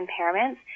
impairments